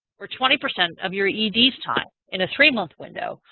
or twenty percent of your ed's time in a three-month window?